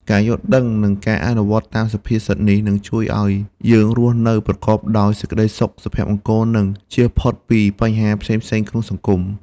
ការយល់ដឹងនិងការអនុវត្តតាមសុភាសិតនេះ នឹងជួយឱ្យយើងរស់នៅប្រកបដោយសេចក្តីសុខ សុភមង្គល និងចៀសផុតពីបញ្ហាផ្សេងៗក្នុងសង្គម។